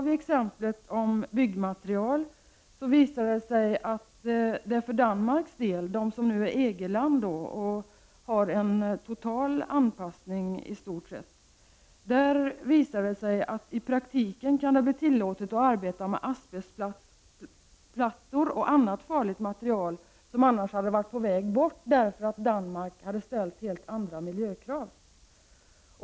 I exemplet om byggmaterial visar det sig för Danmarks del, som nu är EG land och har en i stort sett total anpassning, att det i praktiken kan bli tillåtet att arbeta med asbestplattor och annat farligt material som annars hade varit på väg bort, därför att Danmark hade ställt helt andra miljökrav.